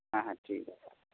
হ্যাঁ হ্যাঁ ঠিক আছে